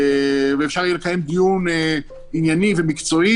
ואפשר יהיה לקיים דיון ענייני ומקצועי